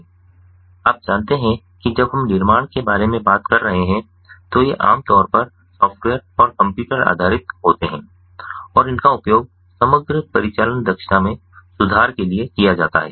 इसलिए आप जानते हैं कि जब हम निर्माण के बारे में बात कर रहे हैं तो ये आम तौर पर सॉफ़्टवेयर और कंप्यूटर आधारित होते हैं और इनका उपयोग समग्र परिचालन दक्षता में सुधार के लिए किया जाता है